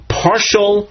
partial